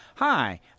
Hi